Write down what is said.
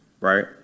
right